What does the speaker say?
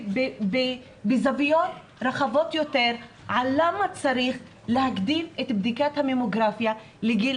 בזוויות רחבות יותר מדוע צריך להקדים את בדיקת הממוגרפיה לגיל